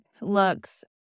looks